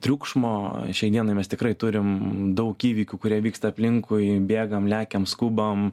triukšmo šiai dienai mes tikrai turim daug įvykių kurie vyksta aplinkui bėgam lekiam skubam